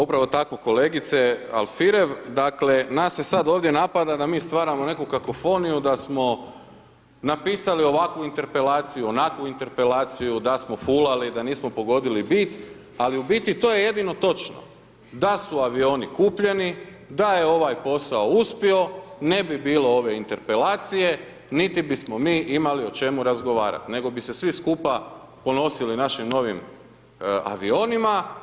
Upravo tako kolegice Alfirev, dakle, nas se sada ovdje napada da mi stvaramo neku kakofoniju, da smo napisali ovakvu interpelaciju, onakvu interpelaciju, da smo fulali, da nismo fulali bit, ali u biti to je jedino točno, da su avioni kupljeni da je ovaj posao uspio, ne bi bile ove interpelacije, niti bismo mi imali o čemu razgovarati, nego bi se svi skupa ponosili našim novim avionima.